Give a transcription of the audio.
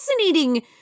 fascinating